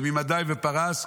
וממדי ופרס,